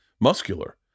muscular